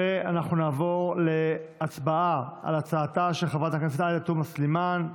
אנחנו נעבור להצבעה על הצעתה של עאידה תומא סלימאן.